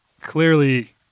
clearly